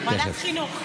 תכף.